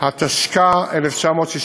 התשכ"ה 1965,